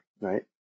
right